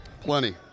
Plenty